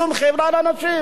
לכן אני חושב,